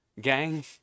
gang